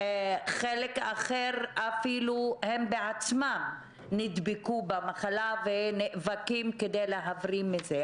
חלק אחר אפילו הם בעצמם נדבקו במחלה ונאבקים כדי להבריא מזה,